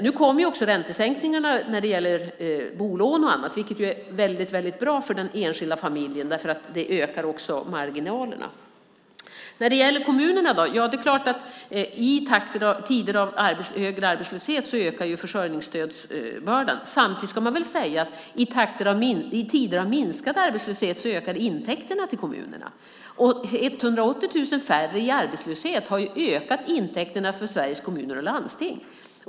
Nu kommer också räntesänkningarna som gäller bolån och annat, vilket är väldigt bra för den enskilda familjen. Det ökar marginalerna. När det gäller kommunerna är det klart att i tider av högre arbetslöshet ökar försörjningsstödsbördan. Samtidigt ska man väl säga att i tider av minskad arbetslöshet ökar intäkterna till kommunerna. 180 000 färre i arbetslöshet har ökat intäkterna för Sveriges kommuner och landsting.